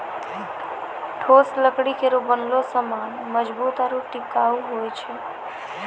ठोस लकड़ी केरो बनलो सामान मजबूत आरु टिकाऊ होय छै